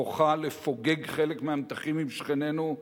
בכוחה לפוגג חלק מהמתחים עם שכנינו,